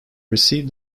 received